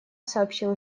сообщил